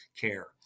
care